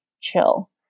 chill